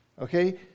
Okay